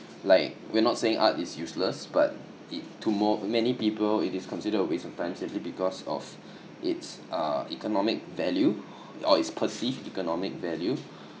like we're not saying art is useless but it to mor~ many people it is considered a waste of time simply because of it's uh economic value or it's perceived economic value